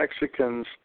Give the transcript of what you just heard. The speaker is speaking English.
Mexicans